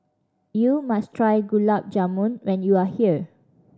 you must try Gulab Jamun when you are here